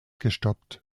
gestoppt